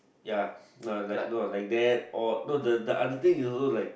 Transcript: ya like no like that or no the the other thing is also like